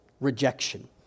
rejection